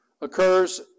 occurs